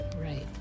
right